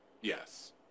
Yes